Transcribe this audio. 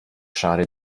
szary